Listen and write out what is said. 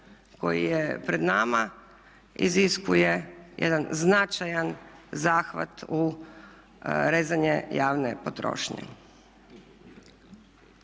koji je pred nama iziskuje jedan značajan zahvat u rezanje javne potrošnje.